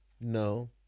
no